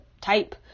type